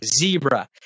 zebra